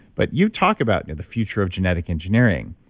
but you've talked about the future of genetic engineering.